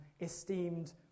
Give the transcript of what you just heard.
esteemed